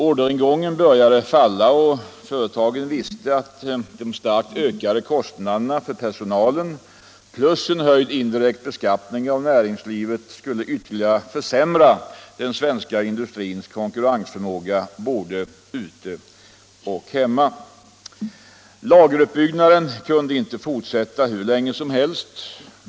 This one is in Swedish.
Orderingången började falla, och företagen visste att de starkt ökade personalkostnaderna plus höjd indirekt beskattning av näringslivet skulle ytterligare försämra den svenska industrins konkurrensförmåga både utomlands och här hemma. Lageruppbyggnaden kunde inte fortsätta hur länge som helst.